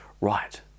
right